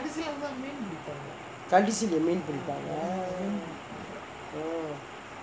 கடைசிலே மீன் பிடிப்பாங்களா:kadaisilae meen pidipanggalaa oh